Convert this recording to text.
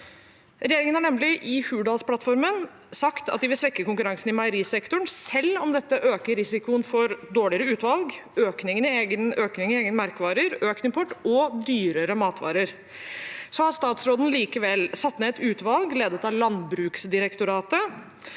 Regjeringen har nemlig i Hurdalsplattformen sagt at de vil svekke konkurransen i meierisektoren, selv om dette øker risikoen for dårligere utvalg, økning i egne merkevarer, økt import og dyrere matvarer. Statsråden har likevel satt ned et utvalg, ledet av Landbruksdirektoratet,